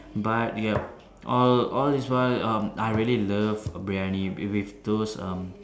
but yup all all this while um I really love Briyani with those um